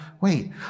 Wait